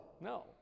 No